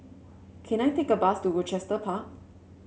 can I take a bus to Rochester Park